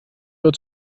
nur